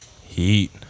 Heat